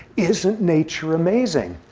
isn't nature amazing.